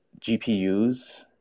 GPUs